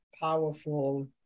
powerful